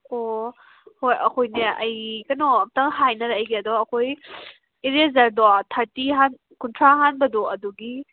ꯑꯣ ꯍꯣꯏ ꯑꯩꯈꯣꯏꯅꯦ ꯑꯩ ꯀꯩꯅꯣ ꯑꯝꯇ ꯍꯥꯏꯅꯔꯑꯩꯒꯦ ꯑꯗꯣ ꯑꯈꯣꯏ ꯏꯔꯦꯖꯔꯗꯣ ꯊꯥꯔꯇꯤ ꯀꯨꯟꯊ꯭ꯔꯥ ꯍꯥꯟꯕꯗꯣ ꯑꯗꯨꯒꯤ